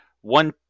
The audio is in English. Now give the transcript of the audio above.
one